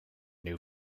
new